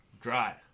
Dry